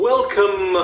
Welcome